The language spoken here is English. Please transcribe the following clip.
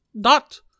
dot